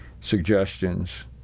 suggestions